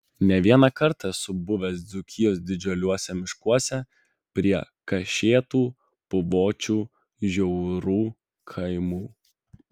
ne vieną kartą esu buvęs dzūkijos didžiuliuose miškuose prie kašėtų puvočių žiūrų kaimų